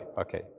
Okay